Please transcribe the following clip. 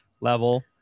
level